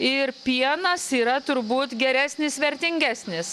ir pienas yra turbūt geresnis vertingesnis